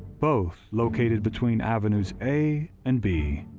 both located between avenues a and b.